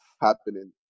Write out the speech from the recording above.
happening